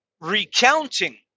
recounting